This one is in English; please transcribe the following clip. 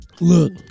Look